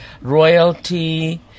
Royalty